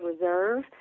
reserve